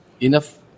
enough